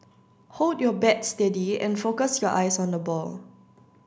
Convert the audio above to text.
hold your bat steady and focus your eyes on the ball